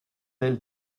elle